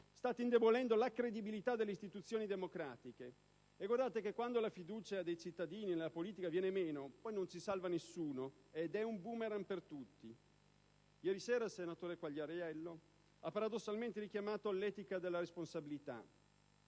state indebolendo la credibilità delle istituzioni democratiche e, guardate, quando la fiducia dei cittadini nella politica viene meno, non si salva nessuno, è un *boomerang* per tutti. Ieri sera il senatore Quagliariello ha paradossalmente richiamato l'etica della responsabilità;